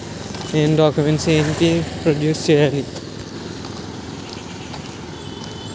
నేను డాక్యుమెంట్స్ ఏంటి ప్రొడ్యూస్ చెయ్యాలి?